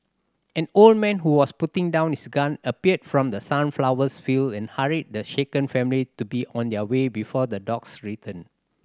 an old man who was putting down his gun appeared from the sunflowers field and hurried the shaken family to be on their way before the dogs return